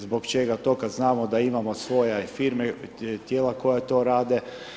Zbog čega to kad znamo da imamo svoje firme i tijela koja to rade?